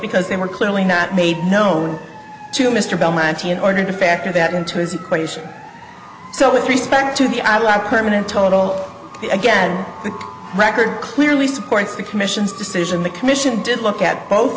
because they were clearly not made known to mr belmonte in order to factor that into his equation so with respect to the iraq permanent total again the record clearly supports the commission's decision the commission did look at both